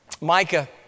Micah